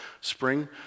spring